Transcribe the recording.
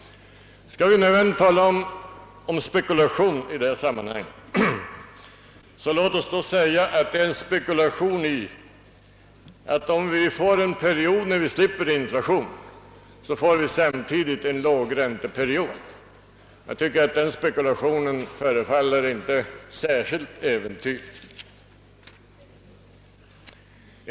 Skall vi nödvändigtvis tala om spekulation i detta sammanhang, låt oss då kalla det en spekulation i det faktum att om vi får en period, då vi slipper inflation, får vi samtidigt en lågränteperiod. Jag tycker inte att en sådan spekulation förefaller särskilt äventyrlig.